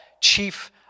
chief